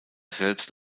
selbst